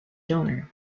donor